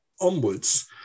onwards